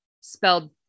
spelled